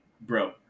bro